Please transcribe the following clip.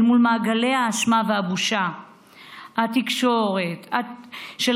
מול מעגלי האשמה והבושה של האירועים.